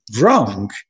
wrong